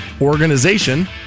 organization